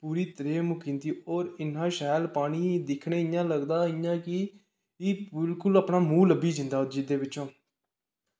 पूरी त्रेह् मुक्की जंदी होर इन्ना शैल पानी दिक्खने गी इ'यां लगदा इयां कि बिलकुल अपना मूंह् लब्भी जंदा जेह्दे बिच्चों